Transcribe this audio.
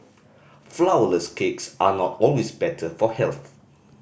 flourless cakes are not always better for health